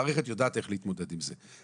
המערכת יודעת איך להתמודד עם זה.